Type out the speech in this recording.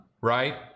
right